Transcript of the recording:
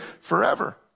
forever